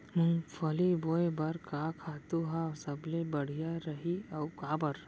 मूंगफली बोए बर का खातू ह सबले बढ़िया रही, अऊ काबर?